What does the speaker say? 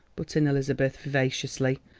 put in elizabeth vivaciously,